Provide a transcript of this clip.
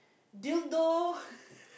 dildo